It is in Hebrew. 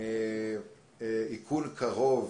איכון קרוב